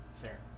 Fair